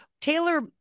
Taylor